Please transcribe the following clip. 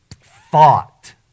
fought